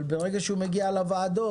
אבל ברגע שזה מגיע לוועדות,